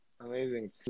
amazing